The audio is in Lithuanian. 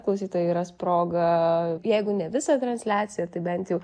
klausytojai ras progą jeigu ne visą transliaciją tai bent jau